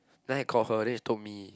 then I called her then she told me